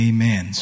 Amen